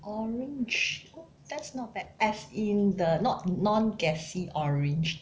orange oh that's not bad as in the not non gassy orange